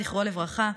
זכרו לברכה,